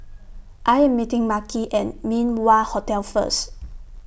I Am meeting Makhi At Min Wah Hotel First